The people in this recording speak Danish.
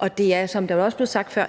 og det er, som det også er blevet sagt før,